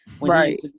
Right